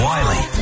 Wiley